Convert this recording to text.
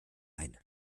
ein